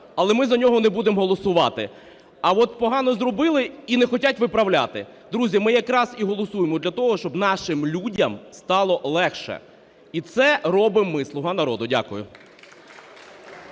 але ми за нього не будемо голосувати, а от погано зробили і не хотять виправляти. Друзі, ми якраз і голосуємо для того, щоб нашим людям стало легше і це робимо ми – "Слуга народу". Дякую.